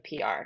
PR